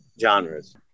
genres